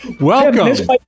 welcome